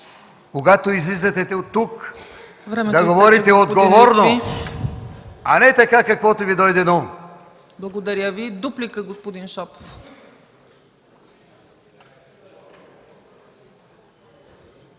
когато излизате тук, да говорите отговорно, а не така, каквото Ви дойде на